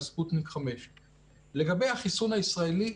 ל"ספוטניק 5". לגבי החיסון הישראלי,